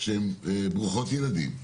שהן ברוכות ילדים,